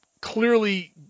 clearly